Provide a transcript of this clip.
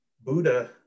Buddha